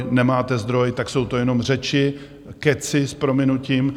Nemáte zdroj, tak jsou to jenom řeči, kecy s prominutím.